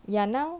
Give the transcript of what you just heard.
ya now